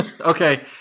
Okay